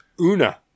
Una